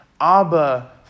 Abba